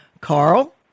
Carl